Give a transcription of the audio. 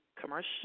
commercial